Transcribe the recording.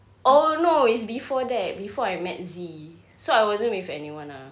oh no is before that before I met zee so I wasn't with anyone ah